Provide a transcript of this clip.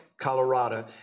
Colorado